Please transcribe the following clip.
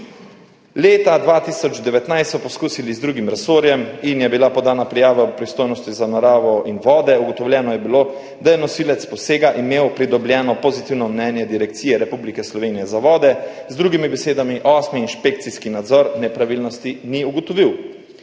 Leta 2019 so poskusili z drugim resorjem in je bila podana prijava v pristojnosti [resorja] za naravo in vode. Ugotovljeno je bilo, da je imel nosilec posega pridobljeno pozitivno mnenje Direkcije Republike Slovenije za vode, z drugimi besedami, osmi inšpekcijski nadzor nepravilnosti ni ugotovil.